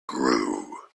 grew